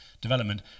development